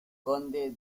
conde